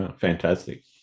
Fantastic